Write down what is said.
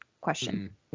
question